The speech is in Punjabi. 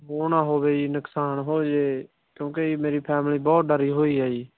ਉਹ ਨਾ ਹੋਵੇ ਜੀ ਨੁਕਸਾਨ ਹੋ ਜੇ ਕਿਉਂਕਿ ਜੀ ਮੇਰੀ ਫੈਮਿਲੀ ਬਹੁਤ ਡਰੀ ਹੋਈ ਆ ਜੀ